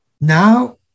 now